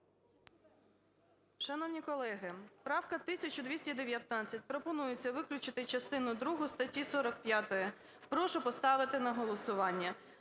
Шановні колеги, правка 1219: пропонується виключити частину другу статті 45. Прошу поставити на голосування.